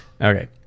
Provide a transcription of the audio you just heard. Okay